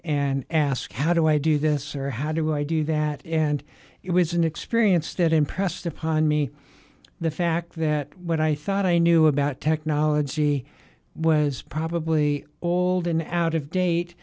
and ask how do i do this or how do i do that and it was an experience that impressed upon me the fact that what i thought i knew about technology was probably old and out of date